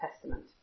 Testament